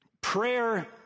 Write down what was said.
prayer